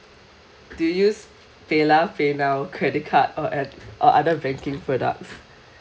do you use paylah paynow credit card or at or other banking products